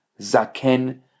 Zaken